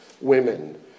women